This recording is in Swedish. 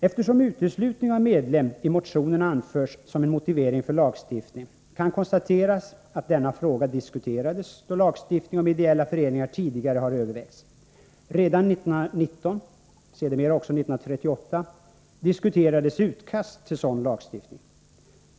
Eftersom uteslutning av medlem i motionerna anförs som en motivering för lagstiftning, kan konstateras att denna fråga diskuterades, då lagstiftning om ideella föreningar tidigare övervägdes. Redan 1919, sedermera också Nr 104 1938, diskuterades utkast till en sådan lagstiftning.